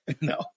no